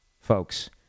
folks